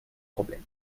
problème